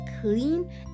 clean